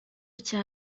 cya